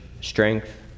strength